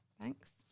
Thanks